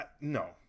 no